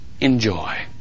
Enjoy